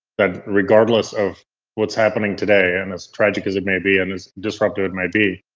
that's regardless of what's happening today and as tragic as it may be, and as disruptive it might be,